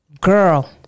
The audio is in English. girl